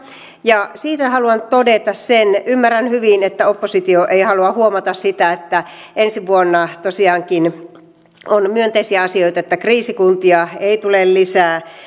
siitä haluan todeta sen että ymmärrän hyvin että oppositio ei halua huomata sitä että ensi vuonna tosiaankin on myönteisiä asioita se että kriisikuntia ei tule lisää